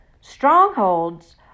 Strongholds